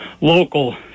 local